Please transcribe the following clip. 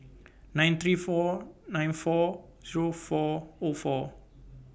nine three four nine four three four O four